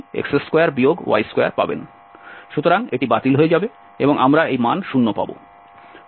সুতরাং এটি বাতিল হয়ে যাবে এবং আমরা এই মান 0 পাব